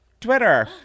Twitter